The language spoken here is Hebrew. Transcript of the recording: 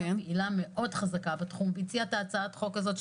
שהייתה פעילה חזקה מאוד בתחום והציעה את הצעת החוק הזאת,